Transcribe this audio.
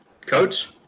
coach